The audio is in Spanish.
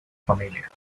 familia